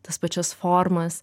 tas pačias formas